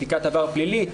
בדיקת עבר פלילי,